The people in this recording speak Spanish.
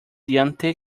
diente